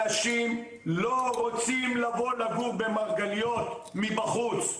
אנשים לא רוצים לבוא לגור במרגליות מבחוץ,